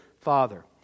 Father